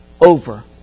over